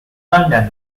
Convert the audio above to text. london